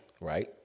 Right